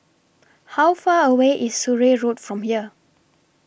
How Far away IS Surrey Road from here